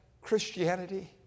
Christianity